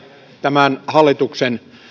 tämän hallituksen